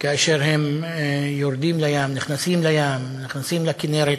כאשר הם יורדים לים, נכנסים לים, נכנסים לכינרת,